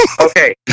Okay